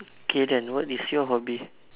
okay then what is your hobby